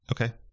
Okay